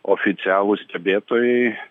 oficialūs stebėtojai